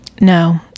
No